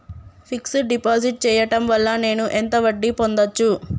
Fix డ్ deposit చేయటం వల్ల నేను ఎంత వడ్డీ పొందచ్చు?